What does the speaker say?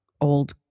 old